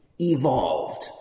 evolved